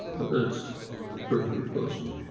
but that's perfectly possible.